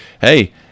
hey